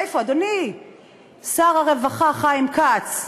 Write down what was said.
איפה, אדוני שר הרווחה חיים כץ,